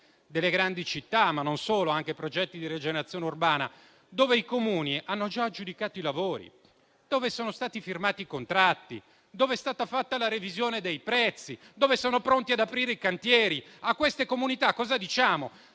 delle grandi città, ma anche i progetti di rigenerazione urbana, per i quali i Comuni hanno già aggiudicato i lavori e sono stati firmati i contratti, è stata fatta la revisione dei prezzi, per cui sono pronti ad aprire i cantieri. A queste comunità cosa diciamo?